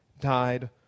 died